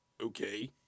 okay